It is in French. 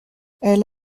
elle